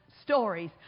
stories